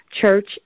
church